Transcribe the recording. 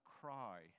cry